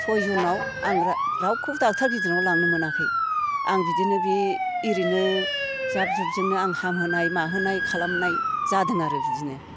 सयजनाव आं रावखौबो डाक्टार गिदिरनाव लांनो मोनाखै आं बिदिनो बे इरैनो जाब जुबजोंनो आं हामहोनाय माहोनाय खालामनाय जादों आरो बिदिनो